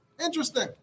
Interesting